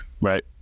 Right